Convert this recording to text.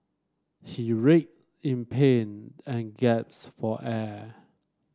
he in pain and gasped for air